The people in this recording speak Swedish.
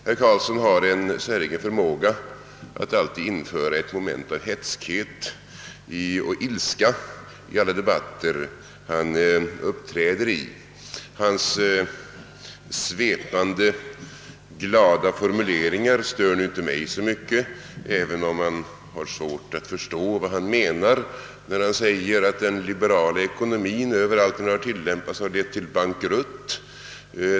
Herr Carlsson har en säregen förmåga att införa ett moment av hätskhet och ilska i alla debatter han uppträder i. Hans svepande glada formuleringar stör inte mig så mycket, även om det är svårt att förstå vad han menar när han påstår att den liberala ekonomien överallt där den har tillämpats har lett till bankrutt.